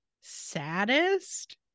saddest